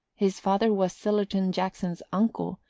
his father was sillerton jackson's uncle,